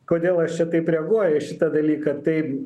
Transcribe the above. kodėl aš čia taip reaguoju į šitą dalyką tai